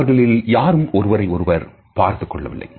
அவர்களில் யாரும் ஒருவரை ஒருவர் பார்த்துக் கொள்ளவில்லை